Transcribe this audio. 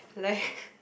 like